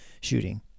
shooting